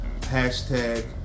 hashtag